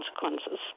consequences